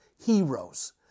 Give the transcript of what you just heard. heroes